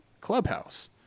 clubhouse